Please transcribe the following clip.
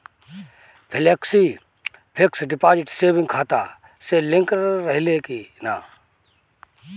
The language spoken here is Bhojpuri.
फेलेक्सी फिक्स डिपाँजिट सेविंग खाता से लिंक रहले कि ना?